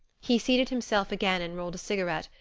he seated himself again and rolled a cigarette,